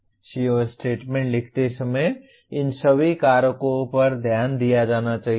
CO statement लिखते समय इन सभी कारकों पर ध्यान दिया जाना चाहिए